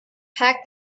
pack